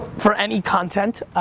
for any content,